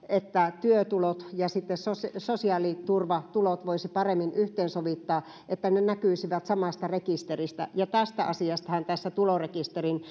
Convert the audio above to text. että työtulot ja sosiaaliturvatulot voitaisiin paremmin yhteensovittaa että ne näkyisivät samasta rekisteristä tästä asiastahan on tässä tulorekisterin